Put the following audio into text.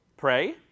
Pray